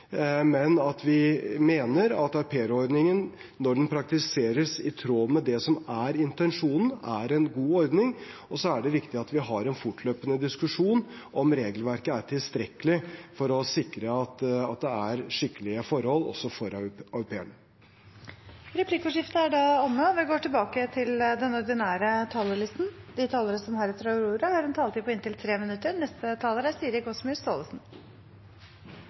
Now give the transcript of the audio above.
men at vi mener aupairordningen, når den praktiseres i tråd med det som er intensjonen, er en god ordning. Så er det viktig at vi har en fortløpende diskusjon om regelverket er tilstrekkelig for å sikre at det er skikkelige forhold også for au pairene. Replikkordskiftet er omme. De talere som heretter får ordet, har en taletid på inntil 3 minutter. Arbeiderpartiet ønsker å fjerne aupairordningen, og det er